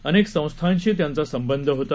अनेक संस्थांशी त्यांचा संबंध होता